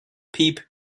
piep